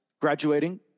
graduating